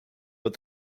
but